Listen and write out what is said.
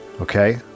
Okay